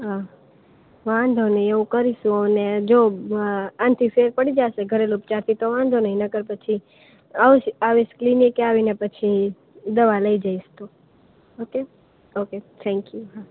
હાં વાંધો નઇ એવું કરીશું અને જો આનથી ફેર પડી જાશે ઘરેલુ ઉપચારથી તો વાંધો નઇ નેકર પછી આવસ આવીશ કે આવીને પછી દવા લઈ જઈશ તો ઓકે ઓકે થેન્ક યુ હાં